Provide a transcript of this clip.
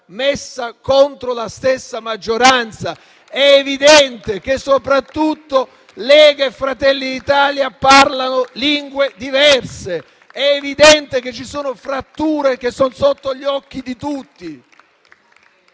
messa contro la stessa maggioranza. È evidente che soprattutto Lega e Fratelli d'Italia parlano lingue diverse. È evidente che ci sono fratture che sono sotto gli occhi di tutti.